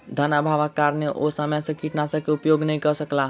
धनअभावक कारणेँ ओ समय सॅ कीटनाशक के उपयोग नै कअ सकला